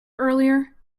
earlier